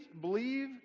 believe